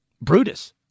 Brutus